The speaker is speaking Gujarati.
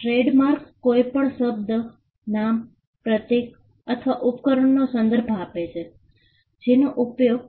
ટ્રેડમાર્ક એ કોઈપણ શબ્દ નામ પ્રતીક અથવા ઉપકરણનો સંદર્ભ આપે છે જેનો ઉપયોગ